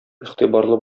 игътибарлы